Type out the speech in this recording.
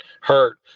hurt